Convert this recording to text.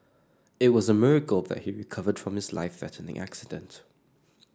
it was a miracle that he recovered from his life threatening accident